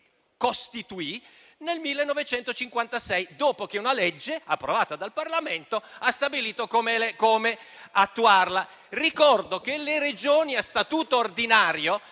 costituì nel 1956, dopo che una legge approvata dal Parlamento ha stabilito come attuarla. Ricordo che le Regioni a statuto ordinario,